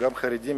גם חרדים,